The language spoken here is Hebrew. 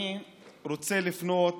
אני רוצה לפנות